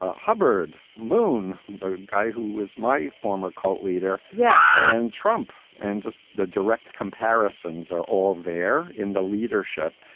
ah hubbard moon, the guy who was my former cult leader. yeah. and trump and just the direct comparisons are all there in the leadership.